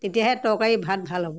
তেতিয়াহে তৰকাৰী ভাত ভাল হ'ব